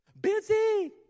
busy